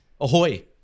Ahoy